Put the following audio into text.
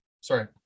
sorry